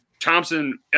Thompson –